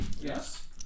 Yes